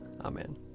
Amen